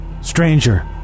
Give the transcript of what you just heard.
stranger